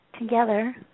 together